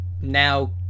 Now